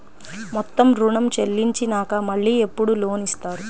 మొత్తం ఋణం చెల్లించినాక మళ్ళీ ఎప్పుడు లోన్ ఇస్తారు?